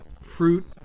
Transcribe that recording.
fruit